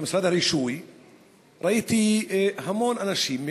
ראיתי המון אנשים,